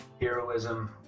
heroism